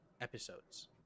episodes